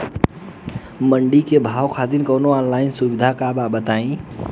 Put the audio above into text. मंडी के भाव खातिर कवनो ऑनलाइन सुविधा बा का बताई?